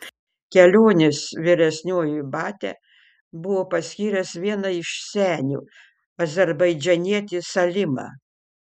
kelionės vyresniuoju batia buvo paskyręs vieną iš senių azerbaidžanietį salimą